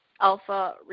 alpha